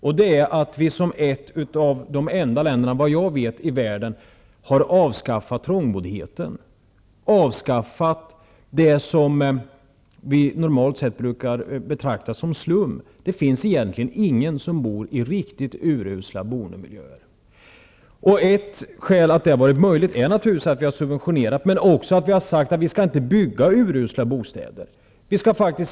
Sverige är, vad jag vet, ett av de få länder i världen som har avskaffat trångboddheten, dvs. avskaffat det vi normalt sett betraktar som slum. Det finns egentligen ingen i Sverige som bor i riktigt urusla boendemiljöer. En anledning till att detta har varit möjligt är naturligtvis subventionerna men också att det har klart uttalats att urusla bostäder inte skall byggas.